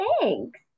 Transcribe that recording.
Thanks